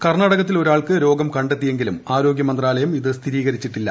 കർണ്ണാടകത്തിൽ ഒരാൾക്ക് രോഗം കണ്ടെത്തിയെങ്കിലും ആരോഗ്യമന്ത്രാലയം ഇത് സ്ഥിരീകരിച്ചിട്ടില്ല